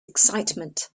excitement